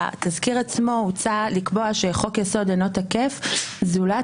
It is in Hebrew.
בתזכיר עצמו הוצע לקבוע שחוק יסוד אינו תקף זולת